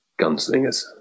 gunslingers